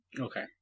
okay